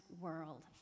world